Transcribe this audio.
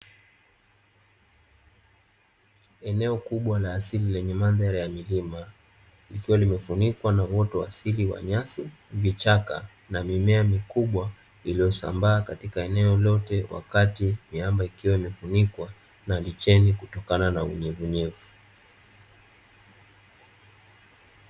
Eneo kubwa la asili lenye mandhari ya milima, likiwa limefunikwa na uoto wa asili wa nyasi, vichaka na mimea mikubwa iliyosambaa katika eneo lote, wakati miamba ikiwa imefunikwa na vicheni kutokana na unyevunyevu.